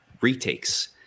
retakes